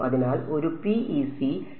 അതിനാൽ ഒരു PEC ന് തുല്യമാണ് 0